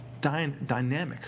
dynamic